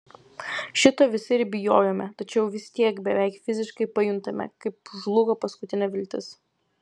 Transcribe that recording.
šito visi ir bijojome tačiau vis tiek beveik fiziškai pajuntame kaip žlugo paskutinė viltis